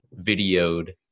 videoed